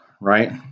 right